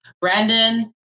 Brandon